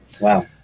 Wow